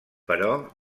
però